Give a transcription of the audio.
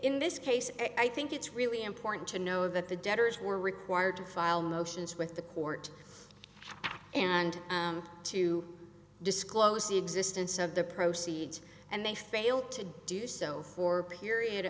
in this case and i think it's really important to know that the debtors were required to file motions with the court and to disclose the existence of the proceeds and they failed to do so for period